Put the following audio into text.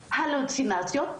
הלוצינציות,